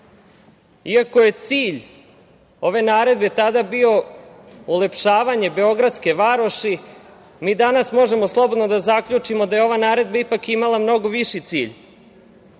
Iako je cilj ove naredbe tada bio ulepšavanje beogradske varoši, mi danas možemo slobodno da zaključimo da je ova naredba ipak imala mnogo viši cilj. Ne